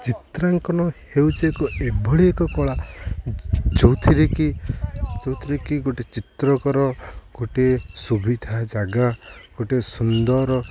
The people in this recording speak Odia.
ଚିତ୍ରାଙ୍କନ ହେଉଛି ଏକ ଏଭଳି ଏକ କଳା ଯେଉଁଥିରେ କିି ଯେଉଁଥିରେ କି ଗୋଟେ ଚିତ୍ରକର ଗୋଟଏ ସୁବିଧା ଜାଗା ଗୋଟେ ସୁନ୍ଦର